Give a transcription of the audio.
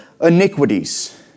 iniquities